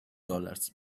dollars